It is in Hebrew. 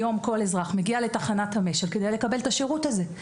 היום כל אזרח מגיע לתחנת המשל כדי לקבל את השירות הזה.